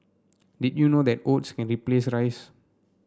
did you know that oats can replace rice